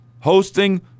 hosting